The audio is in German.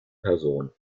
person